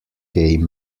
gay